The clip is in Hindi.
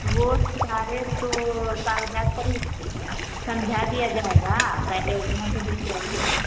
वह सारे तो कागज़ात पर ही समझा दिया जाएगा पहले इतना तो लेकर आइए